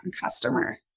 customer